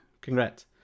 congrats